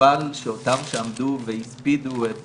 חבל שאותם שעמדו והספידו את